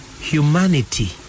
humanity